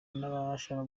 n’abashaka